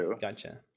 gotcha